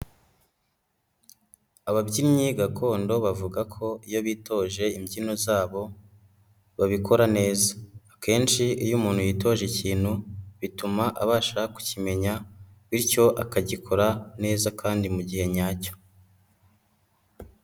Ababyinnyi gakondo bavuga ko iyo bitoje imbyino zabo, babikora neza. Akenshi iyo umuntu yitoje ikintu, bituma abasha kukimenya, bityo akagikora neza kandi mu gihe nyacyo.